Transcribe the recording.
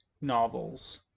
novels